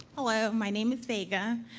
hello, my name is vega,